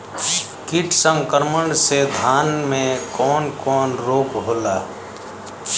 कीट संक्रमण से धान में कवन कवन रोग होला?